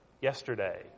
yesterday